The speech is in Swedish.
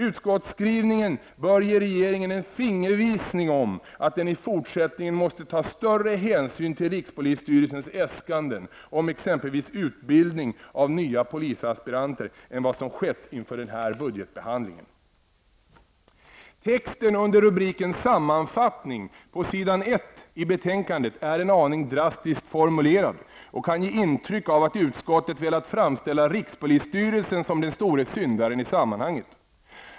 Utskottsskrivningen bör ge regeringen en fingervisning om att den i fortsättningen måste ta större hänsyn till rikspolisstyrelsens äskanden om exempelvis utbildning av nya polisaspiranter än som har skett inför den här budgetbehandlingen. Texten under rubriken ''Sammanfattning'' på s. 1 i betänkandet är en aning drastiskt formulerad och kan ge ett intryck av att utskottet har velat framställa rikspolisstyrelsen som den stora syndaren i sammanhanget.